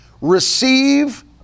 receive